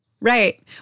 Right